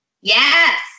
Yes